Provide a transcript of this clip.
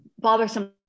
bothersome